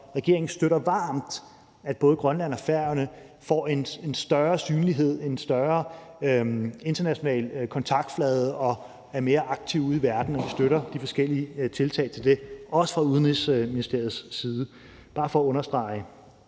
regeringen støtter varmt, at både Grønland og Færøerne får en større synlighed, en større international kontaktflade og er mere aktive ude i verden, og vi støtter de forskellige tiltag til det, også fra Udenrigsministeriets side. Det er bare for at understrege